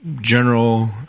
general